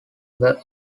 were